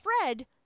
Fred